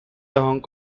hong